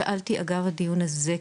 שאלתי על גב הדיון הזה,